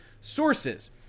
sources